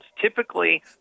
typically